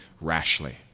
rashly